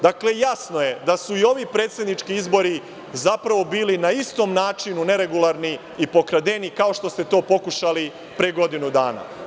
Dakle, jasno je da su i ovi predsednički izbori zapravo bili na istom načinu neregularni i pokradeni, kao što ste to pokušali pre godinu dana.